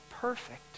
perfect